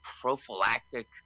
prophylactic